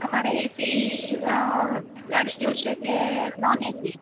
તમારે એસી ગાડી જોશે કે નોન એસી